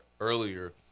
earlier